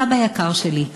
סבא יקר שלי,